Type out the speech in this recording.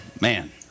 man